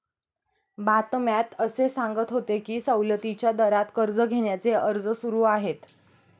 बातम्यात असे सांगत होते की सवलतीच्या दरात कर्ज घेण्याचे अर्ज सुरू आहेत